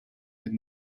did